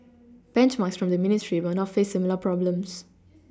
benchmarks from the ministry will not face similar problems